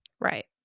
right